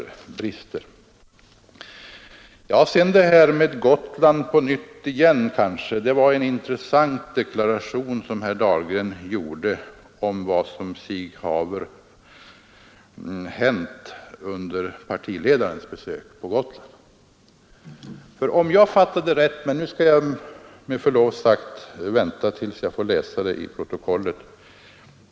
Jag kanske skall säga några ord om Gotland på nytt. Det var en intressant deklaration som herr Dahlgren gjorde om vad som sig haver hänt under partiledarens besök på Gotland. Jag skall med förlov sagt vänta tills jag får läsa protokollet.